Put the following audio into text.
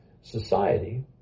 society